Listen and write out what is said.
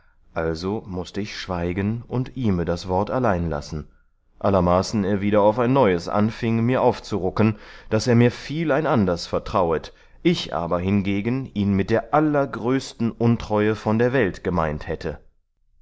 also mußte ich schweigen und ihme das wort allein lassen allermaßen er wieder auf ein neues anfieng mir aufzurucken daß er mir viel ein anders vertrauet ich aber hingegen ihn mit der allergrößten untreue von der welt gemeint hätte